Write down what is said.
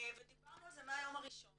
ודיברנו על זה מהיום הראשון.